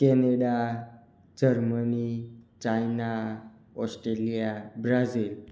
Canada Germany China Australia Brazil